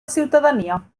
ciutadania